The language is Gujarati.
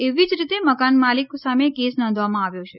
એવી જ રીતે મકાન માલિક સામે કેસ નોંધવામાં આવ્યો છે